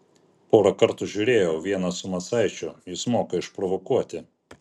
porą kartų žiūrėjau vieną su macaičiu jis moka išprovokuoti